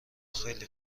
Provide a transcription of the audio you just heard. خیلی